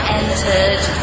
entered